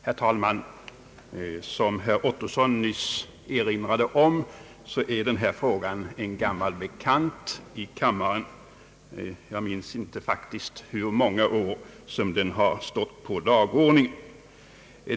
Herr talman! Som herr Ottosson nyss erinrade om är denna fråga gammal och välbekant för kammarens ledamöter; jag minns faktiskt inte hur många år den stått på dagordningen.